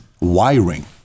wiring